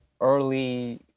early